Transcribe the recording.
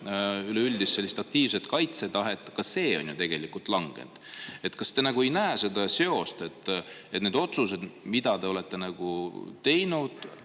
üleüldist sellist aktiivset kaitsetahet – ka see on ju tegelikult langenud. Kas te ei näe seda seost, et need otsused, mida te olete teinud,